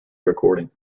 recording